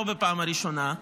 לא בפעם הראשונה,